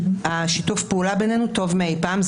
שיתוף הפעולה בינינו טוב מאי פעם.